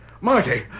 Marty